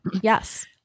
yes